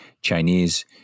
Chinese